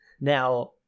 Now